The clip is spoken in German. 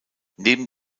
neben